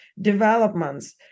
developments